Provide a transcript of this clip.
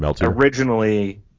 Originally